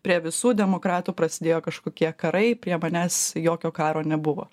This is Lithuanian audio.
prie visų demokratų prasidėjo kažkokie karai prie manęs jokio karo nebuvo